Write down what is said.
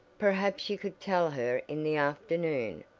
perhaps she could tell her in the afternoon,